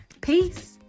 Peace